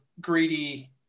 greedy